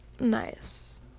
nice